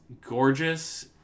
gorgeous